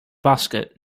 basket